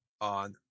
on